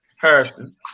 Harrison